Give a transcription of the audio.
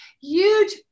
huge